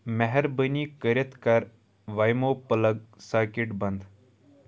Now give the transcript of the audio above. مہربٲنی کٔرِتھ کَر وایمو پٕلگ ساکٮ۪ٹ بنٛد